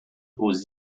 aux